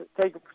take